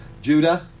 Judah